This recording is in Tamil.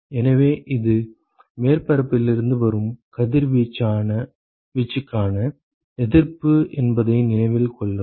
எனவே இது மேற்பரப்பிலிருந்து வரும் கதிர்வீச்சுக்கான எதிர்ப்பு என்பதை நினைவில் கொள்ளவும்